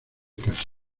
casa